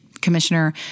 Commissioner